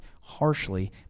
harshly